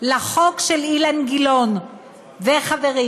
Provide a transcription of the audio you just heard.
לחוק של אילן גילאון וחברים,